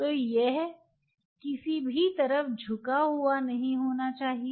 तो यह किसी भी तरफ झुका हुआ नहीं होना चाहिए